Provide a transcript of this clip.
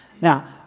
Now